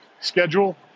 schedule